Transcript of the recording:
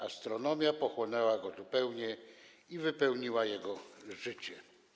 Astronomia pochłonęła go zupełnie i wypełniła jego życie.